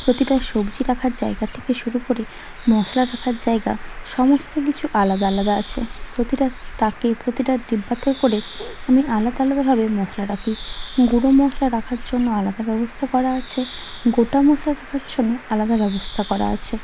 প্রতিটা সবজি রাখার জায়গা থেকে শুরু করে মশলা রাখার জায়গা সমস্ত কিছু আলাদা আলাদা আছে প্রতিটা তাকে প্রতিটা ডিব্বাতে করে আমি আলাদা আলাদাভাবে মশলা রাখি গুঁড়ো মশলা রাখার জন্য আলাদা ব্যবস্থা করা আছে গোটা মশলা রাখার জন্য আলাদা ব্যবস্থা করা আছে